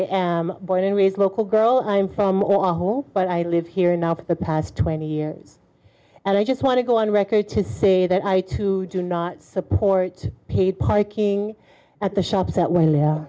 born and raised local girl i'm from all but i live here now for the past twenty years and i just want to go on record to say that i too do not support pay parking at the shops that w